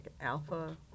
alpha